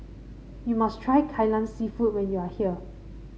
you must try Kai Lan seafood when you are here